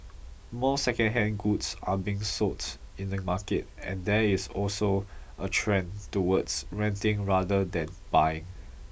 more secondhand goods are being sold in the market and there is also a trend towards renting rather than buying